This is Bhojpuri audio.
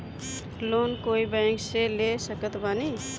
लोन कोई बैंक से ले सकत बानी?